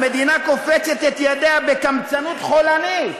המדינה קופצת את ידיה בקמצנות חולנית